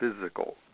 physical